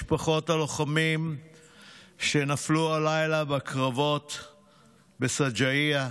משפחות הלוחמים שנפלו הלילה בקרבות בשג'אעיה,